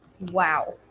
Wow